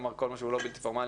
כל מה שהוא בלתי פורמלי,